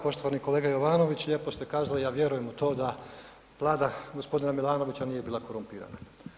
Poštovani kolega Jovanović, lijepo ste kazali, ja vjerujem u to da Vlada g. Milanovića nije bila korumpirana.